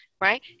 right